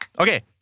Okay